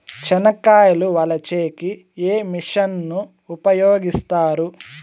చెనక్కాయలు వలచే కి ఏ మిషన్ ను ఉపయోగిస్తారు?